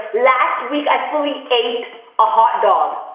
last week i fully ate a hotdog.